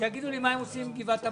שיגידו לי מה הם עושים עם קריית עמל.